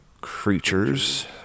creatures